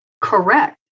Correct